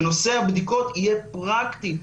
שנושא הבדיקות יהיה פרקטי.